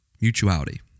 mutuality